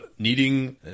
needing